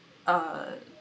uh